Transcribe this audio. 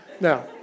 Now